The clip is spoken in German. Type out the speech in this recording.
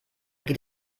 geht